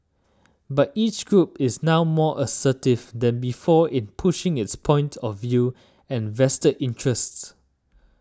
but each group is now more assertive than before in pushing its point of view and vested interests